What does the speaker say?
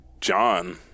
John